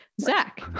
Zach